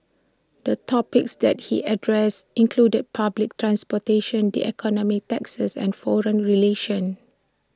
the topics that he addressed included public transportation the economy taxes and foreign relations